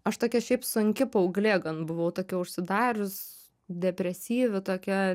aš tokia šiaip sunki paauglė gan buvau tokia užsidarius depresyvi tokia